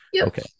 Okay